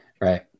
right